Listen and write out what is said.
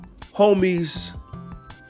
homies